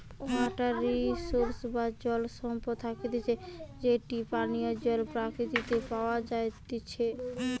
water resource বা জল সম্পদ থাকতিছে যেটি পানীয় জল প্রকৃতিতে প্যাওয়া জাতিচে